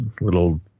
little